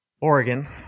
Oregon